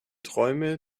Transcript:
träume